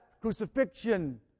crucifixion